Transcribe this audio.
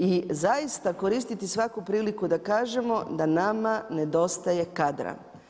I zaista koristiti svaku priliku da kažemo, da nama nedostaje kadra.